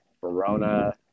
Verona